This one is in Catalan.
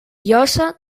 llosa